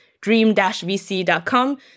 dream-vc.com